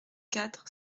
quatre